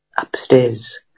upstairs